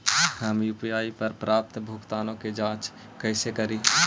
हम यु.पी.आई पर प्राप्त भुगतानों के जांच कैसे करी?